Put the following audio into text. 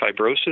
Fibrosis